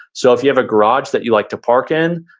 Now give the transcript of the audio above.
so if you have a garage that you like to park in,